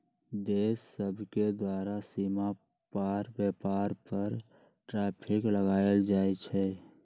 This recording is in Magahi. देश सभके द्वारा सीमा पार व्यापार पर टैरिफ लगायल जाइ छइ